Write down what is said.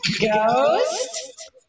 Ghost